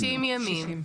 שישים ימים.